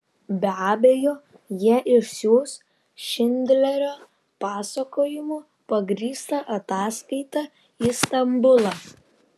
be abejo jie išsiųs šindlerio pasakojimu pagrįstą ataskaitą į stambulą